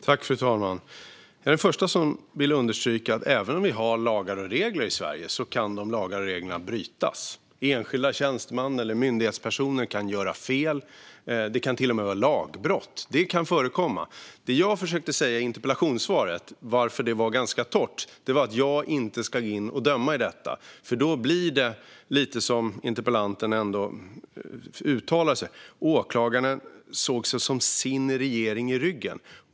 Fru talman! Jag är den förste att understryka att även om vi har lagar och regler i Sverige kan det hända att lagarna bryts. Enskilda tjänstemän eller myndighetspersoner kan göra fel, och det kan till och med vara lagbrott. Det kan förekomma. Det jag försökte säga i interpellationssvaret och anledningen till att det var ganska torrt är att jag inte ska ge mig in och döma i detta. Då blir det nämligen lite som interpellanten sa, att åklagaren såg det som att han hade "sin regering i ryggen".